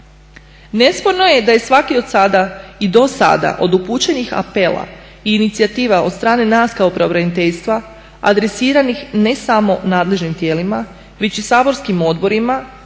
Nesporno je da je svaki od sada i dosada od upućenih apela i inicijativa od strane nas kao pravobraniteljstva adresiranih ne samo nadležnim tijelima već i saborskim odborima,